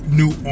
new